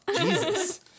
Jesus